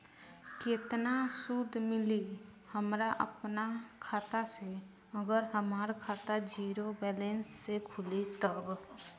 केतना सूद मिली हमरा अपना खाता से अगर हमार खाता ज़ीरो बैलेंस से खुली तब?